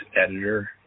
editor